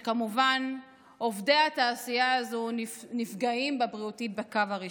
וכמובן עובדי התעשייה הזו נפגעים בריאותית בקו הראשון.